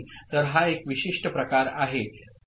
तर हा एक विशिष्ट प्रकार आहे